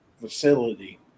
facility